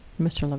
mr. like